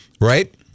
Right